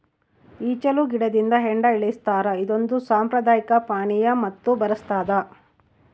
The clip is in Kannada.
ಈಚಲು ಗಿಡದಿಂದ ಹೆಂಡ ಇಳಿಸ್ತಾರ ಇದೊಂದು ಸಾಂಪ್ರದಾಯಿಕ ಪಾನೀಯ ಮತ್ತು ಬರಸ್ತಾದ